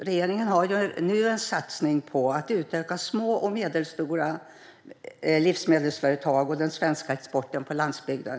Regeringen gör ju nu en satsning på att utöka små och medelstora livsmedelsföretag och den svenska exporten på landsbygden.